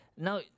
now